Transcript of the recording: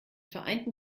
vereinten